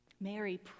Mary